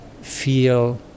feel